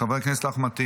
חבר הכנסת אחמד טיבי,